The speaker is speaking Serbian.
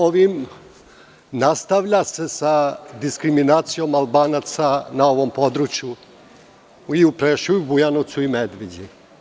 Ovim se nastavlja sa diskriminacijom Albanaca na ovom području,u Preševu, u Bujanovcu i u Medveđi.